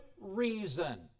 reason